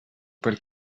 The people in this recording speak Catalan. per